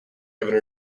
given